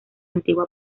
antigua